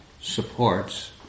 supports